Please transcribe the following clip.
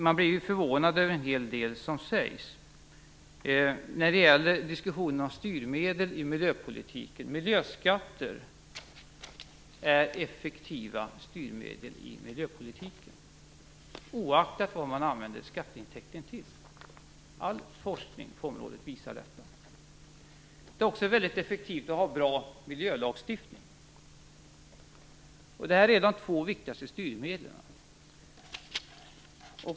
Man blir förvånad över en hel del som sägs om styrmedel i miljöpolitiken. Miljöskatter är ett effektivt styrmedel i miljöpolitiken oaktat vad skatteintäkten används till. All forskning på området visar detta. Det är också väldigt effektivt att ha en bra miljölagstiftning. Det är de två viktigaste styrmedlen.